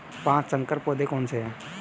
पाँच संकर पौधे कौन से हैं?